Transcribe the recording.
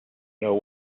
know